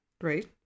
Right